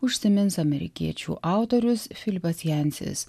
užsimins amerikiečių autorius filipas jansis